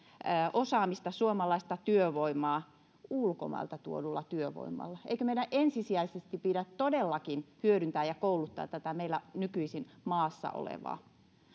osaamista suomalaista työvoimaa ulkomailta tuodulla työvoimalla eikö meidän ensisijaisesti pidä todellakin hyödyntää ja kouluttaa näitä meillä nykyisin maassa olevia